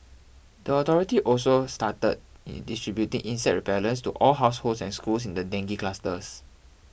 the authority also started distributing insect repellents to all households and schools in the dengue clusters